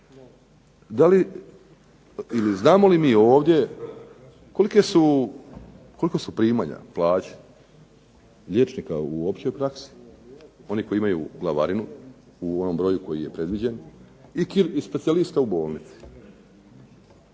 znamo li mi ovdje kolika su primanja, plaće liječnika u općoj praksi, onih koji imaju glavarinu u onom broju koji je predviđen i specijalista u bolnici?